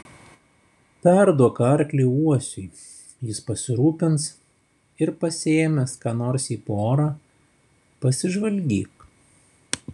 perduok arklį uosiui jis pasirūpins ir pasiėmęs ką nors į porą pasižvalgyk